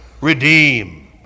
redeem